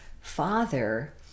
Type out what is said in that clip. father